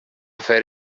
fer